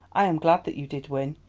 i am glad that you did win.